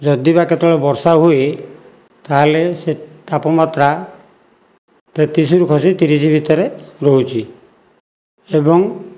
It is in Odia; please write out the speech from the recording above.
ଯଦି ବା କେତେବେଳେ ବର୍ଷା ହୁଏ ତାହେଲେ ସେ ତାପମାତ୍ରା ତେତିଶିରୁ ଖସି ତିରିଶ ଭିତରେ ରହୁଛି ଏବଂ